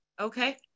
Okay